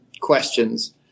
questions